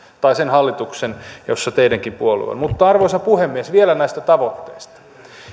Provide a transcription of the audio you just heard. tai sen hallituksen jossa teidänkin puolue on mutta arvoisa puhemies vielä näistä tavoitteista